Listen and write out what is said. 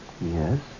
Yes